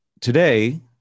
Today